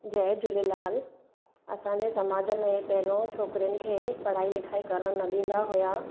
जय झूलेलाल असांजे समाज में पहिरियों छोकिरीनि खे पढ़ाई लिखाई करणु न ॾींदा हुया